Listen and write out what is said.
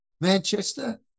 Manchester